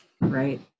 Right